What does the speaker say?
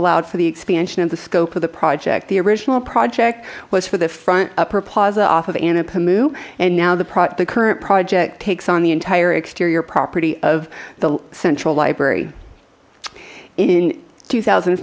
allowed for the expansion of the scope of the project the original project was for the front upper plaza off of an apanui and now the product the current project takes on the entire exterior property of the central library in two thousand